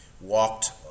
walked